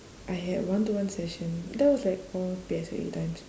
I had one to one session that was like all P_S_L_E times